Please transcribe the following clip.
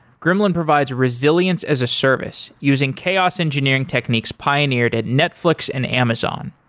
gremlin provides resilience as a service using chaos engineering techniques pioneered at netflix and amazon.